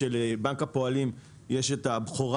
של"ביט" של בנק הפועלים יש את הבכורה